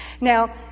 now